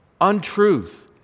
Untruth